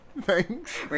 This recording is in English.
Thanks